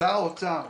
שר האוצר,